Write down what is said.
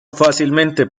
fácilmente